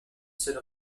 seule